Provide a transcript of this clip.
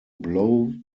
blow